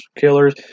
Killers